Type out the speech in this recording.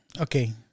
Okay